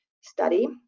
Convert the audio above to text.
study